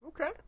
Okay